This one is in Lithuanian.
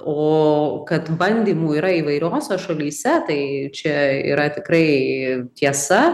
o kad bandymų yra įvairiose šalyse tai čia yra tikrai tiesa